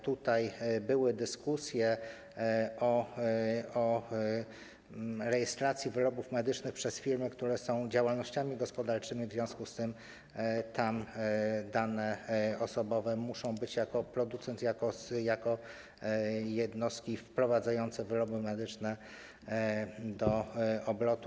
Tutaj były dyskusje o rejestracji wyrobów medycznych przez firmy, które prowadzą działalność gospodarczą - w związku z tym tam dane osobowe muszą być - jako producent, jako jednostki wprowadzające wyroby medyczne do obrotu.